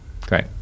Great